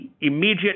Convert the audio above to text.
immediate